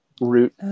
root